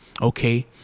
Okay